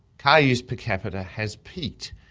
car use per capita has peaked,